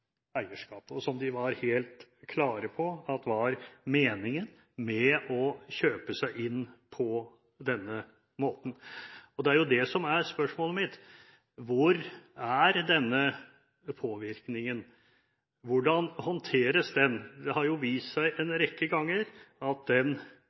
og som de var helt klare på var meningen med å kjøpe seg inn på denne måten. Det er jo det som er spørsmålet mitt: Hvor er denne påvirkningen, hvordan håndteres den? Det har vist seg